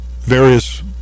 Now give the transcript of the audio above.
various